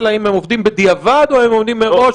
האם הם עובדים בדיעבד או האם הם עובדים מראש,